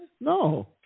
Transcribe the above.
no